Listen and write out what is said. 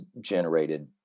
generated